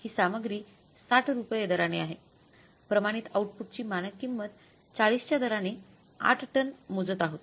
ही सामग्री 60 रुपये दराने आहे प्रमाणित आऊटपुटची मानक किंमत 40 च्या दराने 8 टन मोजत आहोत